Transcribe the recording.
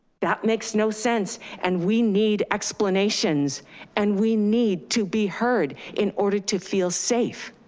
that makes no sense and we need explanations and we need to be heard in order to feel safe.